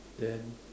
then